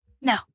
No